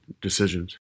decisions